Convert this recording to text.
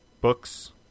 books